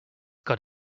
got